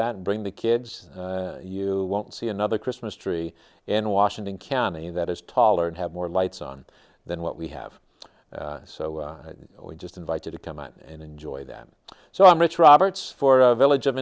that and bring the kids you won't see another christmas tree in washington cammy that is taller and have more lights on than what we have so we just invite you to come out and enjoy them so i'm rich roberts for the village of